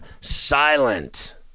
silent